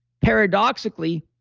paradoxically,